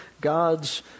God's